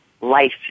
life